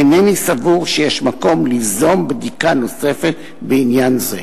אינני סבור שיש מקום ליזום בדיקה נוספת בעניין זה.